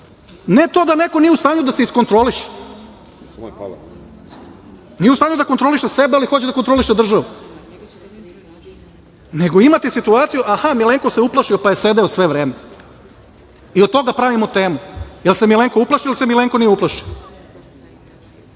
ne to da neko nije u stanju da se iskontroliše, nije u stanju da kontroliše sebe, ali hoće da kontroliše državu, nego imate situaciju, aha, Milinko se uplašio pa je sedeo sve vreme i od toga pravimo temu - da li se Milenko uplašio ili da li se Milenko nije uplašio? Pa